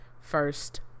first